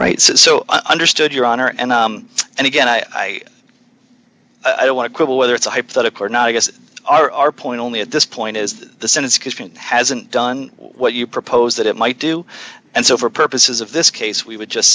right so i understood your honor and i and again i i don't want to quibble whether it's a hypothetical or not i guess our point only at this point is that the senate hasn't done what you propose that it might do and so for purposes of this case we would just